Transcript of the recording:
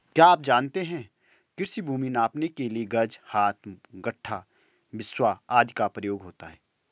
क्या आप जानते है कृषि भूमि नापने के लिए गज, हाथ, गट्ठा, बिस्बा आदि का प्रयोग होता है?